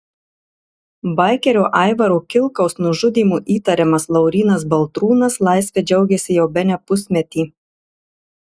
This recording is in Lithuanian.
baikerio aivaro kilkaus nužudymu įtariamas laurynas baltrūnas laisve džiaugiasi jau bene pusmetį